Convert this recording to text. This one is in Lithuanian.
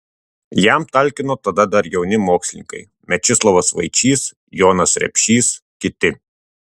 jam talkino tada dar jauni mokslininkai mečislovas vaičys jonas repšys kiti